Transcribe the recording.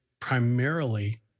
primarily